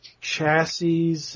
chassis